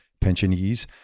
pensionees